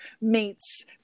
meets